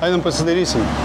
einam pasidairysim